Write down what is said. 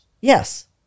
Yes